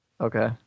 Okay